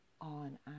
on